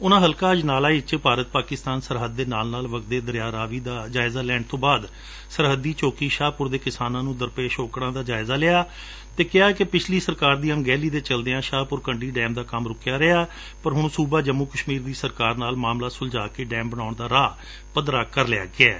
ਉਨਾਂ ਹਲਕਾ ਅਜਨਾਲਾ ਵਿਚ ਭਾਰਤੀ ਪਾਕਿਸਤਾਨ ਸਰਹੱਦ ਦੇ ਨਾਲ ਨਾਲ ਵਗਦੇ ਦਰਿਆ ਰਾਵੀ ਦਾ ਜਾਇਜ਼ਾ ਲੈਣ ਤੋਂ ਬਾਅਦ ਸਰਹੱਦੀ ਚੌਕੀ ਸ਼ਾਹਪੁਰ ਦੇ ਕਿਸਾਨਾਂ ਨੂੰ ਦਰਪੇਸ਼ ਔਕੜਾਂ ਸੁਣੀਆਂ ਅਤੇ ਕਿਹਾ ਕਿ ਪਿਛਲੀ ਸਰਕਾਰ ਦੀ ਅਣਗਹਿਲੀ ਦੇ ਚਲਦਿਆਂ ਸ਼ਾਹਪੁਰ ਕੰਡੀ ਡੈਮ ਦਾ ਕੰਮ ਰੁਕਿਆ ਰਿਹਾ ਪਰ ਹੁਣ ਸੁਬਾ ਜੰਮੁ ਕਸ਼ਮੀਰ ਦੀ ਸਰਕਾਰ ਨਾਲ ਮਾਮਲਾ ਸੁਲਝਾ ਕੇ ਡੈਮ ਬਣਾਉਣ ਦਾ ਰਾਹ ਪੱਧਰਾ ਕਰ ਲਿਆ ਗਿਐ